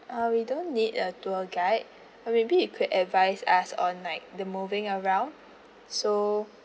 ah we don't need a tour guide uh maybe you could advise us on like the moving around so